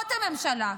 למרות הממשלה.